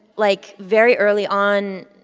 like, very early on,